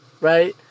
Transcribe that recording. Right